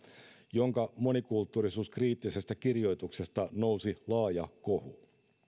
jonka monikulttuurisuuskriittisestä kirjoituksesta nousi laaja kohu